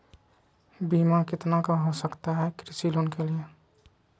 बीमा कितना के हो सकता है कृषि लोन के लिए?